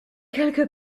quelque